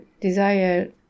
desire